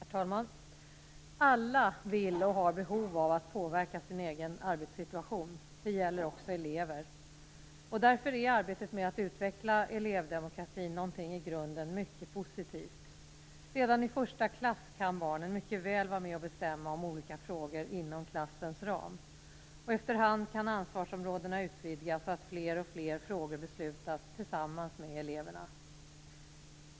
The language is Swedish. Herr talman! Alla vill och har behov att påverka sin egen arbetssituation. Det gäller också elever. Därför är arbetet med att utveckla elevdemokratin någonting i grunden mycket positivt. Redan i första klass kan barnen mycket väl vara med och bestämma om olika frågor inom klassens ram. Efterhand kan ansvarsområden utvidgas så att alltfler frågor beslutas tillsammans med eleverna.